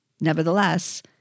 nevertheless